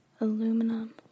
aluminum